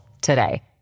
today